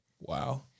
Wow